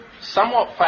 somewhat